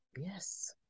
Yes